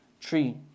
tree